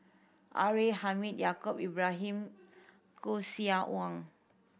R A Hamid Yaacob Ibrahim Koeh Sia Wong